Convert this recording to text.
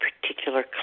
particular